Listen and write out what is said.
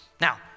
Now